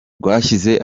rwashyize